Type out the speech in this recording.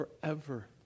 forever